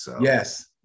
Yes